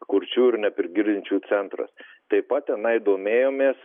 kurčių ir neprigirdinčiųjų centras taip pat tenai domėjomės